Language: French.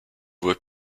voie